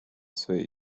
swej